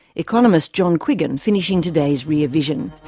economist john quiggin finishing today's rear vision.